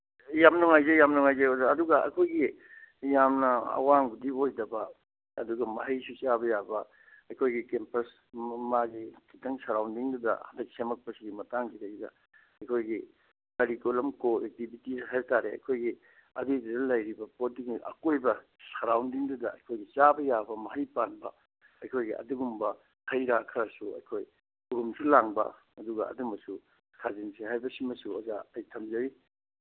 ꯌꯥꯝ ꯅꯨꯡꯉꯥꯏꯖꯩ ꯌꯥꯝ ꯅꯨꯡꯉꯥꯏꯖꯩ ꯑꯣꯖꯥ ꯑꯗꯨꯒ ꯑꯩꯈꯣꯏꯒꯤ ꯌꯥꯝꯅ ꯑꯋꯥꯡꯕꯗꯤ ꯑꯣꯏꯗꯕ ꯑꯗꯨꯒ ꯃꯍꯩꯁꯨ ꯆꯥꯕ ꯌꯥꯕ ꯑꯩꯈꯣꯏꯒꯤ ꯀꯦꯝꯄꯁ ꯃꯥꯒꯤ ꯈꯤꯇꯪ ꯁꯔꯥꯎꯟꯗꯤꯡꯗꯨꯗ ꯍꯟꯗꯛ ꯁꯦꯝꯃꯛꯄꯁꯤꯒꯤ ꯃꯇꯥꯡꯁꯤꯗꯩꯁꯤꯗ ꯑꯩꯈꯣꯏꯒꯤ ꯀꯔꯤꯀꯨꯂꯝ ꯀꯣ ꯑꯦꯛꯇꯤꯚꯤꯇꯤ ꯍꯥꯏꯕ ꯇꯥꯔꯦ ꯑꯩꯈꯣꯏꯒꯤ ꯑꯗꯨꯒꯤꯗꯨꯗ ꯂꯩꯔꯤꯕ ꯄꯣꯠꯇꯨꯅꯤ ꯑꯀꯣꯏꯕ ꯁꯔꯥꯎꯟꯁꯤꯡꯗ ꯑꯩꯈꯣꯏꯒꯤ ꯆꯥꯕ ꯌꯥꯕ ꯃꯍꯩ ꯄꯥꯟꯕ ꯑꯩꯈꯣꯏꯒꯤ ꯑꯗꯨꯒꯨꯝꯕ ꯍꯩ ꯔꯥ ꯈꯔꯁꯨ ꯑꯩꯈꯣꯏ ꯎꯔꯨꯝꯁꯨ ꯂꯥꯡꯕ ꯑꯗꯨꯒ ꯑꯗꯨꯒꯨꯝꯕꯁꯨ ꯊꯥꯖꯤꯟꯁꯤ ꯍꯥꯏꯕꯁꯤꯃꯁꯨ ꯑꯣꯖꯥ ꯑꯩ ꯊꯝꯖꯩ